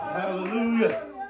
Hallelujah